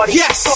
yes